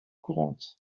courantes